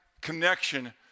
connection